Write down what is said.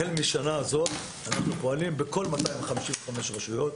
החל מהשנה הזאת אנחנו פועלים בכל 255 הרשויות.